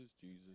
Jesus